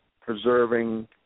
preserving